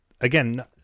again